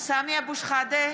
סמי אבו שחאדה,